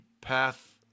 path